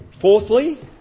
Fourthly